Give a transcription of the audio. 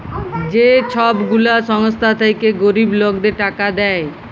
যে ছব গুলা সংস্থা থ্যাইকে গরিব লকদের টাকা দেয়